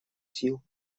сил